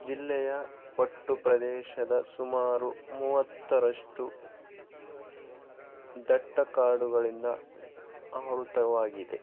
ಜಿಲ್ಲೆಯ ಒಟ್ಟು ಪ್ರದೇಶದ ಸುಮಾರು ಮೂವತ್ತರಷ್ಟು ದಟ್ಟ ಕಾಡುಗಳಿಂದ ಆವೃತವಾಗಿದೆ